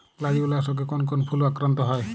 Gladiolus রোগে কোন কোন ফুল আক্রান্ত হয়?